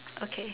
okay